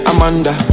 Amanda